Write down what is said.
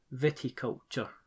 Viticulture